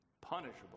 punishable